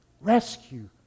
rescue